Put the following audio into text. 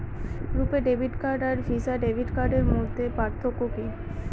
রূপে debit card আর Visa debit কার্ডের মধ্যে পার্থক্য কি?